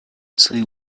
three